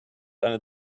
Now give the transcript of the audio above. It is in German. eine